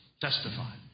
testify